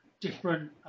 different